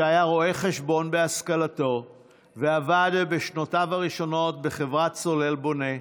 שהיה רואה חשבון בהשכלתו ועבד בשנותיו הראשונות בחברת סולל בונה,